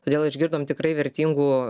todėl išgirdom tikrai vertingų